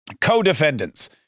co-defendants